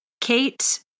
Kate